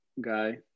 guy